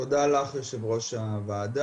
תודה לך יושבת ראש הוועדה.